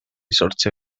sortio